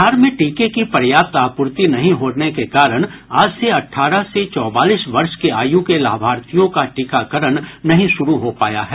बिहार में टीके की पर्याप्त आपूर्ति नहीं होने के कारण आज से अठारह से चौवालीस वर्ष के आय् के लाभार्थियों का टीकाकरण नहीं शुरू हो पाया है